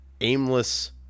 aimless